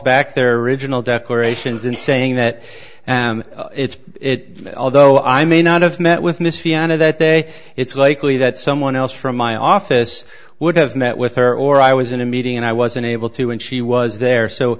back their original declarations in saying that it's it although i may not have met with miss fianna that day it's likely that someone else from my office would have met with her or i was in a meeting and i was unable to and she was there so